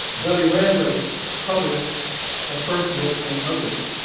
dudley randall published her first book, and others,